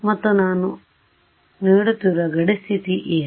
ಮತ್ತು ನಾನು ನೀಡುತ್ತಿರುವ ಗಡಿ ಸ್ಥಿತಿ ಏನು